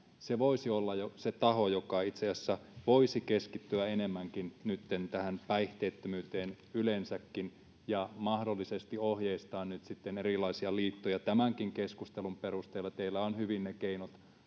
se voisi olla jo se taho joka itse asiassa voisi keskittyä enemmänkin nytten tähän päihteettömyyteen yleensäkin ja mahdollisesti ohjeistaa erilaisia liittoja tämänkin keskustelun perusteella teillä on hyvin ne keinot